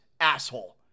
asshole